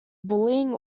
bullying